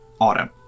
autumn